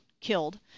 killed